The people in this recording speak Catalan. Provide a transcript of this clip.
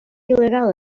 il·legal